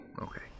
Okay